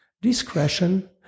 Discretion